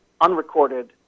unrecorded